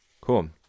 Cool